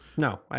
No